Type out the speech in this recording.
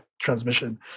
transmission